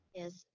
yes